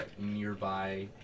nearby